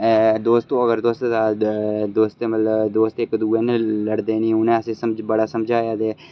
दोस्त हो अगर तुस दोस्त मतलब दोस्त इक दुए न लड़दे नी ऐ उनें असेंगी बड़ा समझाया ते